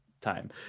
time